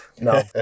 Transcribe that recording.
No